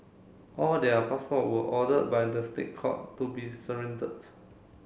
all their passport were ordered by the State Court to be surrendered